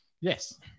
Yes